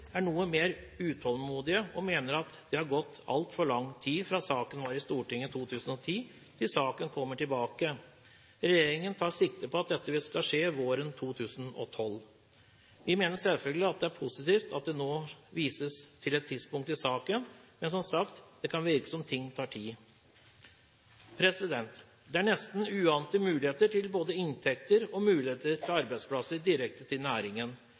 er noe mer utålmodige og mener at det har gått altfor lang tid fra saken var i Stortinget i 2010, til saken kommer tilbake. Regjeringen tar sikte på at dette skal skje våren 2012. De mener selvfølgelig det er positivt at det nå vises til et tidspunkt i saken, men som sagt, det kan virke som om ting tar tid. Det er nesten uante muligheter til både inntekter og arbeidsplasser direkte til næringen.